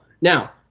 Now